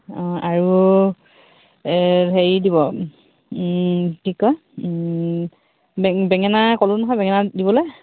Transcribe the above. অঁ আৰু হেৰি দিব কি কয় বেঙেনা ক'লোঁ নহয় বেঙেনা দিবলৈ